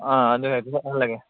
ꯑꯥ ꯑꯗꯨꯒ ꯍꯦꯛꯇ ꯆꯠꯍꯜꯂꯒꯦ